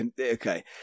okay